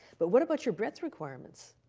but what about your breadth requirements?